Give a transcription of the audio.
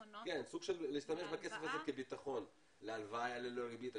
להשתמש בכסף הזה כביטחון להלוואה ללא ריבית.